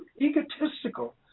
egotistical